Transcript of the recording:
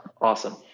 Awesome